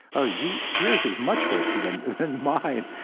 oh, yeah yours is much worse than than mine.